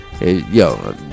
Yo